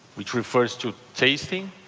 which refers to tasting.